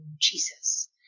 Jesus